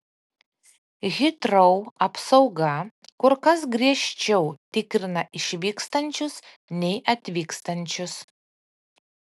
hitrou apsauga kur kas griežčiau tikrina išvykstančius nei atvykstančius